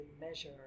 measure